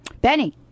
Benny